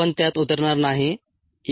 आपण त्यात उतरणार नाही इ